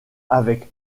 avec